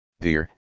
Dear